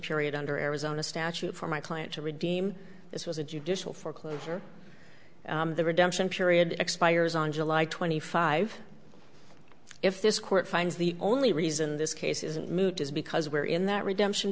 period under arizona statute for my client to redeem this was a judicial foreclosure the redemption period expires on july twenty five if this court finds the only reason this case isn't moot is because we're in that redemption